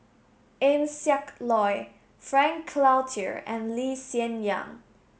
Eng Siak Loy Frank Cloutier and Lee Hsien Yang